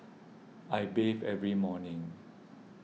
I bathe every morning